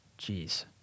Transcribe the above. Jeez